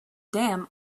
dam